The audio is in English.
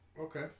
Okay